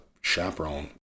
chaperone